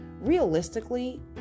realistically